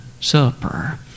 supper